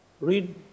Read